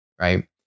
right